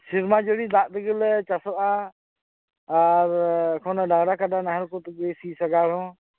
ᱥᱮᱨᱢᱟ ᱡᱟᱲᱤ ᱫᱟᱜ ᱛᱮᱜᱮᱞᱮ ᱪᱟᱥᱚᱜᱼᱟ ᱟᱨ ᱮᱠᱷᱚᱱᱚ ᱰᱟᱝᱨᱟ ᱠᱟᱰᱟ ᱱᱟᱦᱮᱞ ᱠᱚ ᱛᱮᱜᱮ ᱥᱤ ᱥᱟᱜᱟᱲ ᱦᱚᱸ